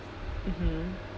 mmhmm